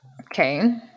Okay